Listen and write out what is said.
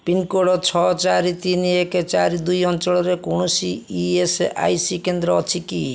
pincode ଛଅ ଚାରି ତିନି ଏକ ଚାରି ଦୁଇ ଅଞ୍ଚଳରେ କୌଣସି ଇ ଏସ୍ ଆଇ ସି କେନ୍ଦ୍ର ଅଛି କି